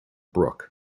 brook